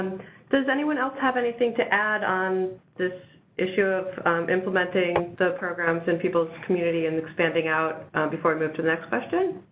does anyone else have anything to add on this issue of implementing the programs in peoples' community and expanding out before i move to the next question?